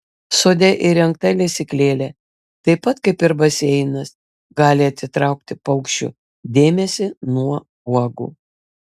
sode įrengta lesyklėlė taip pat kaip ir baseinas gali atitraukti paukščių dėmesį nuo uogų